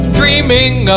dreaming